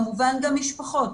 כמובן גם משפחות,